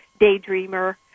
daydreamer